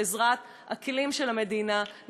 בעזרת הכלים של המדינה,